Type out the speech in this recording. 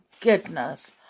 goodness